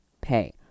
pay